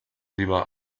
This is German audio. lieber